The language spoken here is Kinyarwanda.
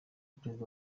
perezida